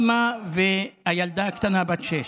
אימא והילדה הקטנה בת השש,